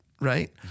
right